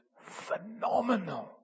phenomenal